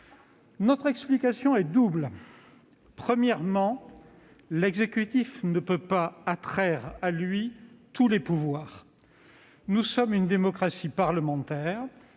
Notre explication est double. Premièrement, l'exécutif ne peut pas attraire à lui tous les pouvoirs. La France est une démocratie parlementaire.